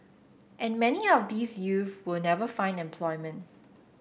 and many of these youth will never find employment